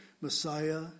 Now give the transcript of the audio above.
Messiah